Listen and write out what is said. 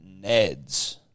Neds